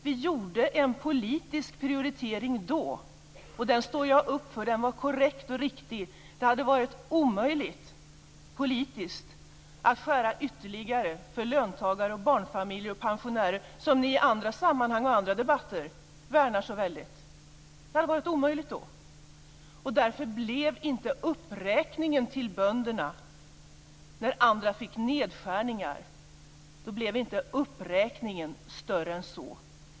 Vi gjorde en politisk prioritering då, och den står jag upp för. Den var korrekt och riktig. Det hade varit politiskt omöjligt att skära ned ytterligare för löntagare, barnfamiljer och pensionärer - som ni i andra sammanhang och andra debatter värnar så väldigt. Det hade varit omöjligt. Därför blev inte uppräkningen till bönderna, när andra fick nedskärningar, större än så.